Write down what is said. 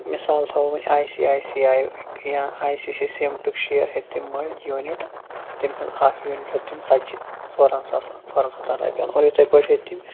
مِثال تھاوَو ؤنۍ I C I C I یا آئی سی سی سیٖمٹُک شِیر ہیٚتۍ تٔمۍ مٔلۍ یوٗنِٹ تٔمۍ ہیوٚت اَکھ یوٗنِٹ ہیوٚت تٔمۍ ژتجی ژورَن ساسَن ژورَن ہَتَن رۄپیَن اور یِتھٕے پٲٹھۍ ہیٚتۍ تٔمۍ